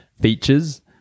features